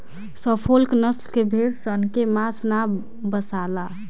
Suffolk नसल के भेड़ सन के मांस ना बासाला